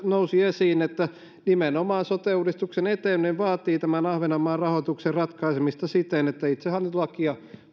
nousi esiin että nimenomaan sote uudistuksen eteneminen vaatii ahvenanmaan rahoituksen ratkaisemista siten että itsehallintolakia